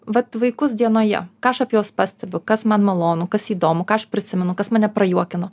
vat vaikus dienoje ką aš apie juos pastebiu kas man malonu kas įdomu ką aš prisimenu kas mane prajuokino